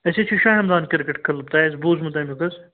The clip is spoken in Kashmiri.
اَسہِ حظ چھُ شاہِ ہمدان کِرکَٹ کٕلَب تۄہہِ آسہِ بوزمُت تَمیُک حظ